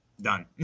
Done